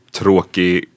tråkig